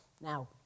Now